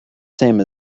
same